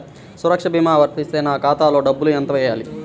సురక్ష భీమా వర్తిస్తే నా ఖాతాలో డబ్బులు ఎంత వేయాలి?